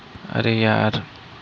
अरे यार